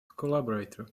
collaborator